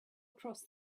across